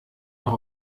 noch